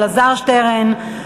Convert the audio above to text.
אלעזר שטרן,